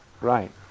Right